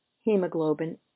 hemoglobin